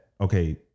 okay